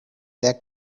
that